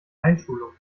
einschulung